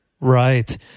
Right